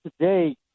today